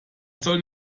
sollte